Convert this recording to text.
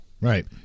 right